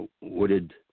wooded